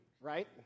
right